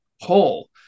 whole